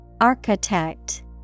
Architect